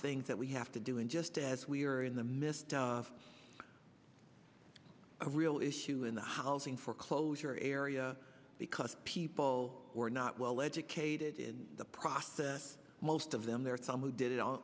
things that we have to do and just as we are in the midst of a real issue in the housing foreclosure area because people were not well educated in the process most of them there are some who did it on